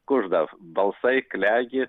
kužda balsai klegi